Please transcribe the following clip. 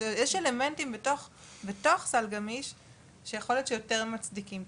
יש אלמנטים בתוך סל גמיש שיכול להיות שיותר מצדיקים תצהיר,